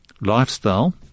lifestyle